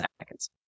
seconds